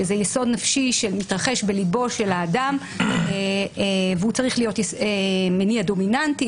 שזה יסוד נפשי שמתרחש בליבו של האדם והוא צריך להיות מניע דומיננטי,